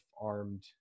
armed